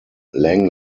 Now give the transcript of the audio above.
lang